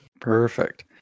Perfect